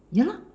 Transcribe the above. ya lor